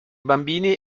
bambini